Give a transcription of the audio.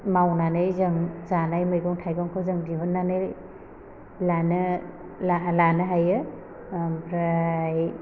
मावनानै जों जानाय मैगं थाइगंखौ जों दिहुन्नानै लानो ला लानो हायो आमफ्राय